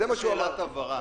אני רוצה לשאול שאלת הבהרה.